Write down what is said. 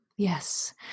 Yes